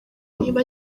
niba